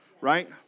Right